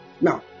Now